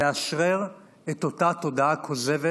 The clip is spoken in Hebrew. לאשרר את אותה תודעה כוזבת